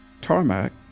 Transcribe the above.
tarmac